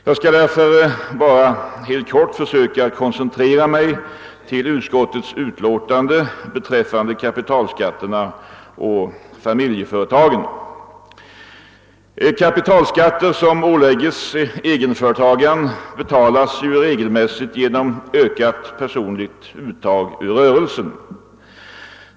Jag skall därför bara helt kort försöka koncentrera mig till den del av utskottets utlåtande som gäller kapitalskatterna och familjeföretagen. Kapitalskatter som åläggs egenföretagaren betalas regelmässigt genom ökat personligt uttag ur rörelsen.